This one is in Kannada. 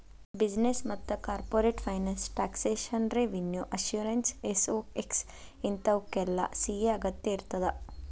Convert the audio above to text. ಬಿಸಿನೆಸ್ ಮತ್ತ corporate finance taxation revenue assurance SOX ಇಂತಾವುಕ್ಕೆಲ್ಲಾ ಸಿ.ಎ ಅಗತ್ಯಇರ್ತದ